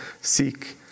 seek